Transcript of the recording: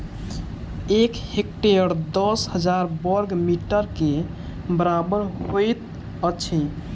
एक हेक्टेयर दस हजार बर्ग मीटर के बराबर होइत अछि